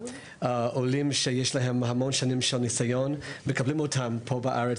עולים שיש להם המון שנות ניסיון מתקבלים לעבודה פה בארץ,